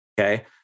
okay